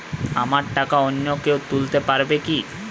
আমার টাকা অন্য কেউ তুলতে পারবে কি?